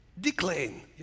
decline